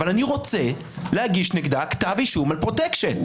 אבל אני רוצה להגיש נגדה כתב אישום על פרוטקשן.